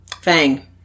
Fang